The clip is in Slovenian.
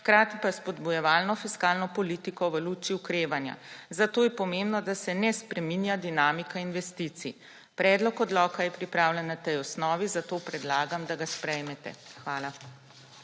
hkrati pa spodbujevalno fiskalno politiko v luči okrevanja. Zato je pomembno, da se ne spreminja dinamika investicij. Predlog odloka je pripravljen na tej osnovi, zato predlagam, da ga sprejmete. Hvala.